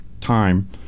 time